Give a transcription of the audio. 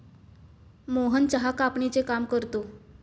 मोहन चहा कापणीचे काम करतो